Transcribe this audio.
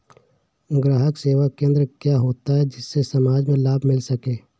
ग्राहक सेवा केंद्र क्या होता है जिससे समाज में लाभ मिल सके?